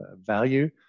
value